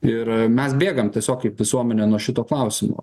ir mes bėgam tiesiog kaip visuomenė nuo šito klausimo